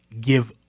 give